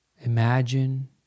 Imagine